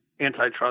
antitrust